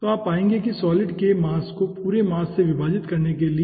तो आप पाएंगे कि सॉलिड के मास को पूरे मास से विभाजित करने के लिए